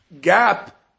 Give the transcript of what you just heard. gap